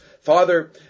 father